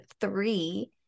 three